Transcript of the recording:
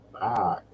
back